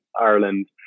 Ireland